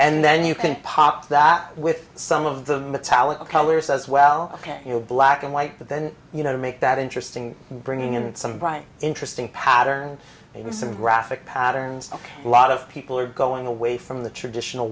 and then you can pop that with someone the metallic colors as well you know black and white but then you know to make that interesting bringing in some bright interesting patterns maybe some graphic patterns a lot of people are going away from the traditional